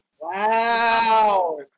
Wow